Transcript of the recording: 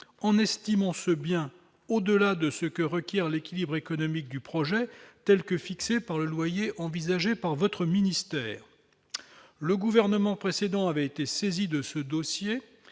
en estimant ce bien au-delà de ce que requiert l'équilibre économique du projet telles que fixées par le loyer envisagé par votre ministère, le gouvernement précédent avait été saisi de ce dossier